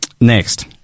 Next